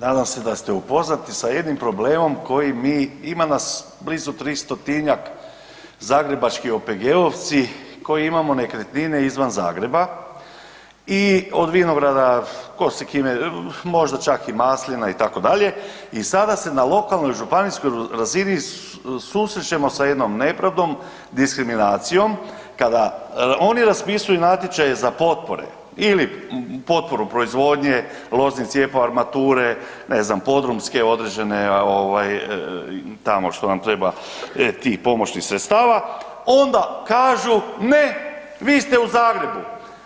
nadam se da ste upoznati sa jednim problemom koji mi, ima nas blizu 300-tinjak zagrebački OPG-ovci koji imamo nekretnine izvan Zagreba i od vinograda … [[Govornik se ne razumije]] možda čak i maslina itd. i sada se na lokalnoj i županijskom razini susrećemo sa jednom nepravdom, diskriminacijom kada oni raspisuju natječaje za potpore ili potporu proizvodnje, lozin cijepa armature, ne znam podrumske određene ovaj tamo što nam treba ti pomoćnih sredstava onda kažu ne vi ste u Zagrebu,